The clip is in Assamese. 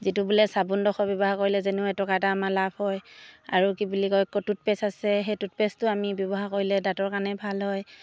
যিটো বোলে চাবোনডোখৰ ব্যৱহাৰ কৰিলে যেনেও এটকা এটা আমাৰ লাভ হয় আৰু কি বুলি কয় টুথপেষ্ট আছে সেই টুথপেষ্টটো আমি ব্যৱহাৰ কৰিলে দাঁতৰ কাৰণে ভাল হয়